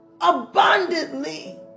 Abundantly